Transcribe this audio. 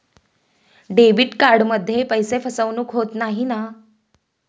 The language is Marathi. डेबिट कार्डमध्ये पैसे फसवणूक होत नाही ना?